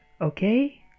okay